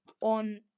On